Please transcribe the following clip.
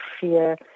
fear